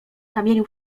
kamieniu